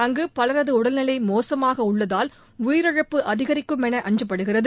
அங்கு பலரது உடல்நிலை மோசமாக உள்ளதால் உயிரழப்பு அதிகரிக்கும் என அஞ்சப்படுகிறது